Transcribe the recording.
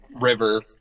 River